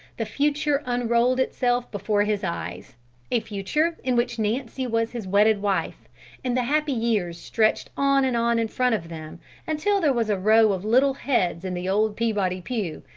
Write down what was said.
the future unrolled itself before his eyes a future in which nancy was his wedded wife and the happy years stretched on and on in front of them until there was a row of little heads in the old peabody pew,